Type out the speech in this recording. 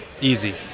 Easy